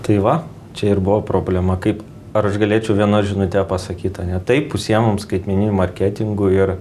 tai va čia ir buvo problema kaip ar aš galėčiau viena žinute pasakyt ane taip užsiėmam skaitmeniniu marketingu ir